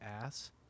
ass